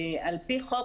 על-פי חוק,